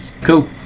Cool